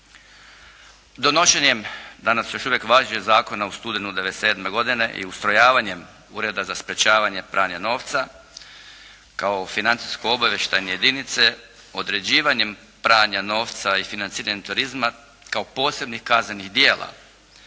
Donošenjem danas još uvijek važećeg zakona u studenom 1997. godine i ustrojavanjem Ureda za sprečavanje pranja novca kao financijsko obavještajne jedinice, određivanjem pranja novca i financiranjem turizma kao posebnih kaznenih djela